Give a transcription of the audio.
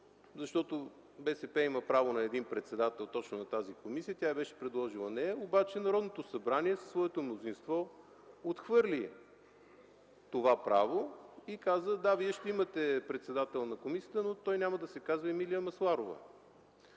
защото БСП има право на един председател точно на тази комисия. Тя беше предложила нея, обаче Народното събрание със своето мнозинство отхвърли това право и каза: „Да, вие ще имате председател на комисията, но той няма да се казва Емилия Масларова.”